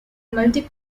multi